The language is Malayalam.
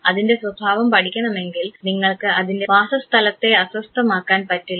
അതിൻറെ സ്വഭാവം പഠിക്കണമെങ്കിൽ നിങ്ങൾക്ക് അതിൻറെ വാസസ്ഥലത്തെ അസ്വസ്ഥതമാക്കാൻ പറ്റില്ല